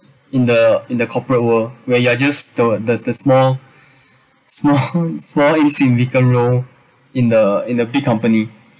in the in the corporate world where you are just the the the small small small small insignificant role in the in a big company